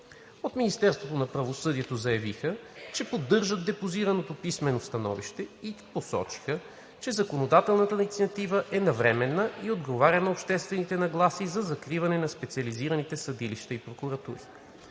От Министерството на правосъдието заявиха, че поддържат депозираното писмено становище и посочиха, че законодателната инициатива е навременна и отговаря на обществените нагласи за закриване на специализираните съдилища и прокуратури.